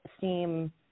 seem